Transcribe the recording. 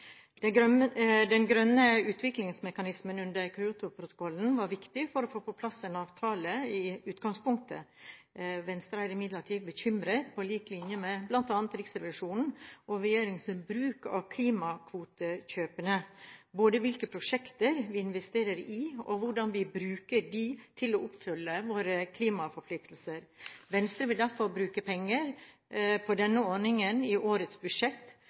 Den grønne utviklingsmekanismen under Kyotoprotokollen var viktig for å få på plass en avtale i utgangspunktet. Venstre er imidlertid bekymret, på lik linje med bl.a. Riksrevisjonen, over regjeringens bruk av klimakvotekjøpene – både når det gjelder hvilke prosjekter vi investerer i, og når det gjelder hvordan vi bruker dem til å oppfylle våre klimaforpliktelser. Venstre vil derfor ikke bruke penger på denne ordningen i årets budsjett,